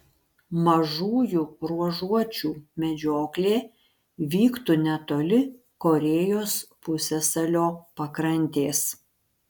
mažųjų ruožuočių medžioklė vyktų netoli korėjos pusiasalio pakrantės